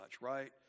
right